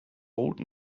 old